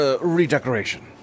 redecoration